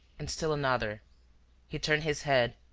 and still another he turned his head,